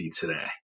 today